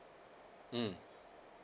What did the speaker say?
mm